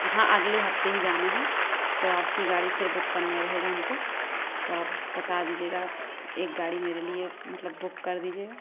हाँ अगले हफ़्ते ही जाना है तो आपकी गाड़ी फिर बुक करना रहेगा हमको तो आप बता दीजिएगा एक गाड़ी मेरे लिए मतलब बुक कर दीजिएगा